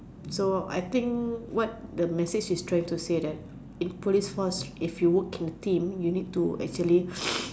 so I think what the message they trying to say that in police force if you work in the team you need to actually